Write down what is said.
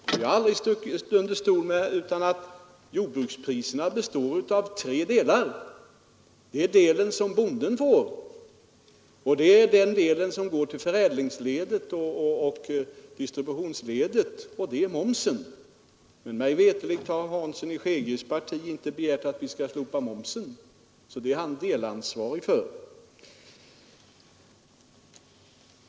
Jag har inte stuckit under stol med att jordbrukspriserna består av tre delar — den del som bonden får, den del som går till förädlingsledet och distributionsledet samt momsen. Mig veterligen har herr Hanssons i Skegrie parti inte begärt att vi skall slopa momsen. Där är han delansvarig.